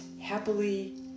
happily